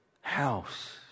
house